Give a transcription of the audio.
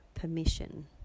permission